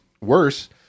Worse